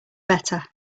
better